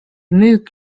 müük